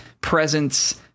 presence